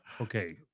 Okay